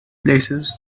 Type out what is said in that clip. places